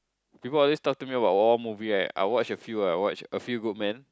people about talk to me war movie right I watch a few ah I watch a few good man